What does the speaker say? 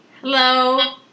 hello